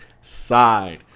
side